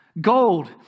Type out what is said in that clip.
Gold